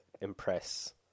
impress